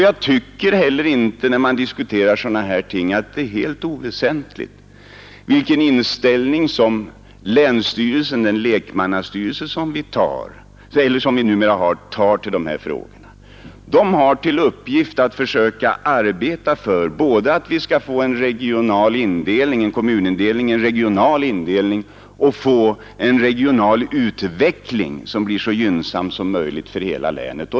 Jag tycker heller inte, när man diskuterar sådana här ting, att det är helt oväsentligt vilken inställning länsstyrelsen — den lekmannastyrelse som vi numera har — tar till dessa frågor. Länsstyrelsen har till uppgift att försöka arbeta för att vi skall få både en regional indelning och en regional utveckling som blir så gynnsam som möjligt för hela länet.